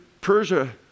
Persia